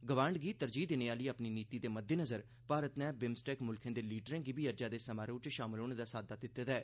गवांड गी तरजीह् देने आह्ली अपनी नीति दे मद्देनज़र भारत नै बिमस्टैक मुल्खें दे लीडरें गी बी अज्जै दे समारोह च शामल होने दा साद्दा दित्ते दा ऐ